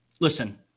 Listen